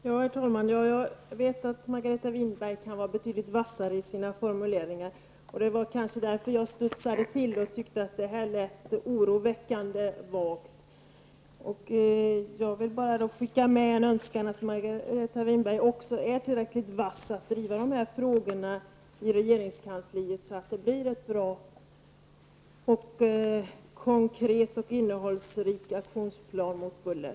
Herr talman! Jag vet att Margareta Winberg kan vara betydligt vassare i sina formuleringar. Och det var kanske därför som jag studsade till och tyckte att det hon sade lät oroväckande vagt. Jag vill därför bara skicka med en önskan om att Margareta Winberg också är tillräckligt vass att driva dessa frågor i regeringskansliet så att det blir en bra, konkret och innehållsrik aktionsplan mot buller.